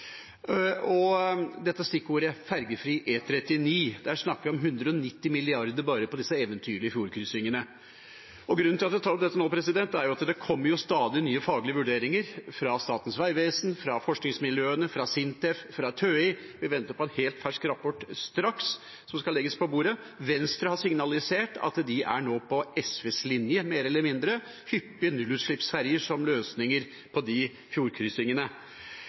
opp dette nå, er at det stadig kommer nye faglige vurderinger – fra Statens vegvesen, fra forskningsmiljøene, fra SINTEF, fra TØI, og vi venter på en helt fersk rapport som straks skal legges på bordet. Venstre har signalisert at de nå mer eller mindre er på SVs linje, med hyppige nullutslippsferjer som løsning på de